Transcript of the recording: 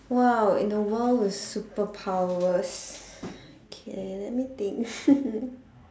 !wow! in a world with superpowers K let me think